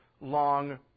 long